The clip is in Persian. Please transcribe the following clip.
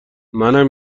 منم